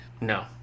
no